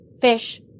Fish